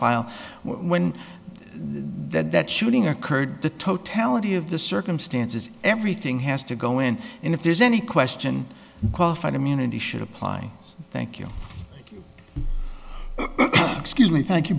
file when that that shooting occurred the totality of the circumstances everything has to go in and if there's any question qualified immunity should apply thank you excuse me thank you